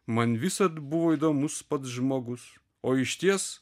man visad buvo įdomus pats žmogus o išties